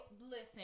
Listen